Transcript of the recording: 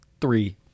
Three